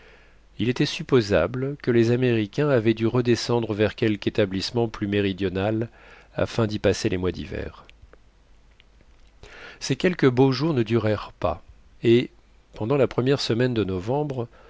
il était supposable que les américains avaient dû redescendre vers quelque établissement plus méridional afin d'y passer les mois d'hiver ces quelques beaux jours ne durèrent pas et pendant la première semaine de novembre